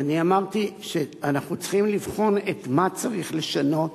אני אמרתי שאנחנו צריכים לבחון את מה צריך לשנות,